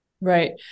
Right